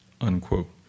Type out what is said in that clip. unquote